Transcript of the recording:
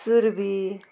सुर्बी